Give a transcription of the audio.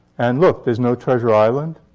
and look, there's no treasure island.